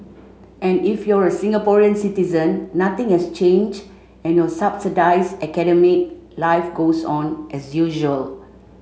and if you're a Singaporean citizen nothing has changed and your subsidised academic life goes on as usual